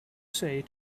say